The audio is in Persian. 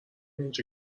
اینجا